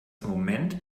moment